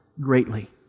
greatly